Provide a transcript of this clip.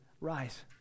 rise